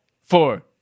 four